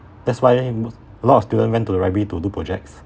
that's why most a lot of student went to the library to do projects